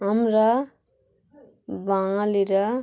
আমরা বাঙালিরা